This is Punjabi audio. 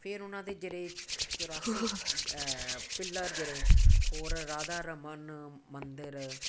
ਫਿਰ ਉਹਨਾਂ ਦੇ ਜਿਹੜੇ ਚੁਰਾਸੀ ਪਿੱਲਰ ਜਿਹੜੇ ਹੋਰ ਰਾਧਾ ਰਮਨ ਮੰਦਿਰ